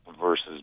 versus